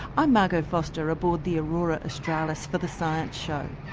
i'm margot foster aboard the aurora australis for the science show.